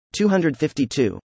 252